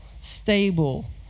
stable